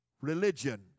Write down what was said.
religion